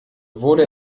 wurde